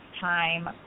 time